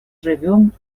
живем